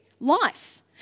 life